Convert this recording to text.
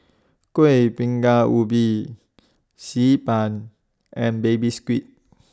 Kuih Bingka Ubi Xi Ban and Baby Squid